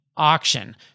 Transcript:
auction